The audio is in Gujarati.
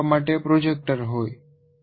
રજૂ કરવા માટે પ્રોજેક્ટર હોય